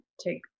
take